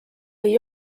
või